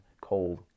cold